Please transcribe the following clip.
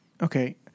Okay